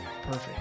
perfect